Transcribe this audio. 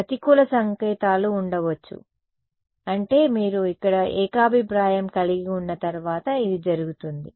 ప్రతికూల సంకేతాలు ఉండవచ్చు అంటే మీరు ఇక్కడ ఏకాభిప్రాయం కలిగి ఉన్న తర్వాత ఇది జరుగుతుంది